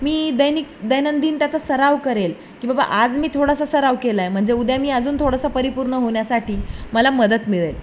मी दैनिक दैनंदिन त्याचा सराव करेल की बाबा आज मी थोडासा सराव केला आहे म्हणजे उद्या मी अजून थोडासा परिपूर्ण होण्यासाठी मला मदत मिळेल